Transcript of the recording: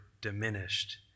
diminished